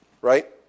right